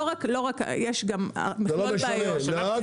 לא רק, מכלול בעיות.